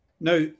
Now